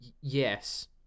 Yes